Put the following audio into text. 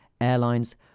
airlines